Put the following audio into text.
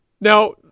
Now